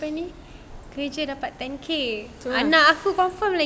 future dapat ten K anak aku confirm lagi best